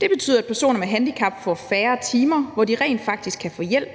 Det betyder, at personer med handicap får færre timer, hvor de rent faktisk kan få hjælp,